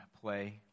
play